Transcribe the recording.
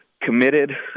committed